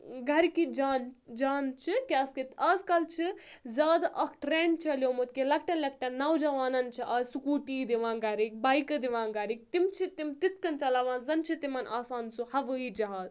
گرِکۍ جان جان چھِ کیٛازِکہِ آز کَل چھِ زیادٕ اکھ ٹرینٛڈ چَلیومُت کہِ لَکٹؠن لَکٹؠن نوجوانن چھِ آز سکوٗٹی دِوان گَرِکۍ بایکہٕ دِوان گَرٕکۍ تِم چھِ تِم تِتھ کٔنۍ چَلاوان زَن چھِ تِمَن آسان سُہ ہوٲیی جہاز